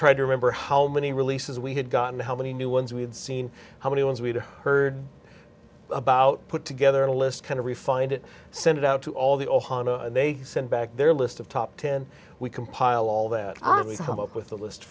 try to remember how many releases we had gotten how many new ones we had seen how many ones we'd heard about put together a list kind of refined it send it out to all the ohana and they sent back their list of top ten we compile all the obvious come up with a list